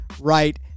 right